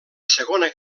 segona